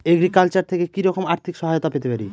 Agriculture থেকে কি রকম আর্থিক সহায়তা পেতে পারি?